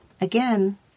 Again